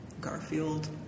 Garfield